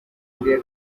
zodiac